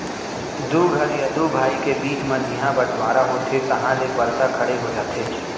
दू घर या दू भाई के बीच म जिहॉं बँटवारा होथे तहॉं ले परदा खड़े हो जाथे